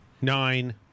Nine